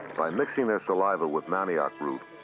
by mixing their saliva with manioc root,